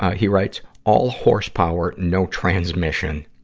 he writes, all horsepower, no transmission.